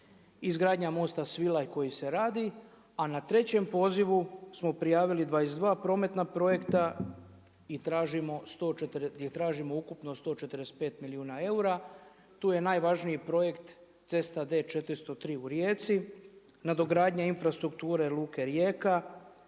izgradnja mosta Svilaj koji se radi a na trećem pozivu smo prijavili 22 prometna projekta i tražimo, gdje tražimo, ukupno 145 milijuna eura. Tu je najvažniji projekt cesta D403 u Rijeci, nadogradnja infrastrukture Luke Rijeka